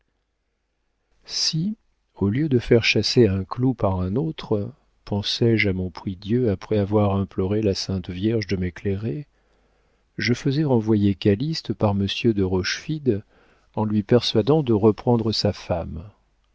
si au lieu de faire chasser un clou par un autre pensai-je à mon prie-dieu après avoir imploré la sainte vierge de m'éclairer je faisais renvoyer calyste par monsieur de rochefide en lui persuadant de reprendre sa femme